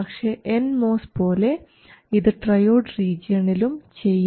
പക്ഷേ N MOS പോലെ ഇത് ട്രയോഡ് റീജിയണിലും ചെയ്യാം